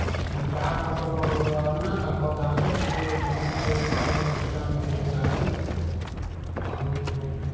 ଯାହା ତାଙ୍କର ପର୍ବପର୍ବାଣୀ ହୁଏ ତାଙ୍କ ଗାଁରେ ସିଏ ସେମିତି ତାଙ୍କ ବିଷୟରେ ଆମେ କିଛି ଜାଣିନୁ ଆଉ